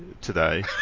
today